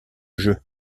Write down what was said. jeu